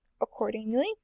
Accordingly